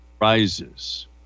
rises